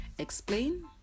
explain